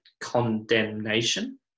condemnation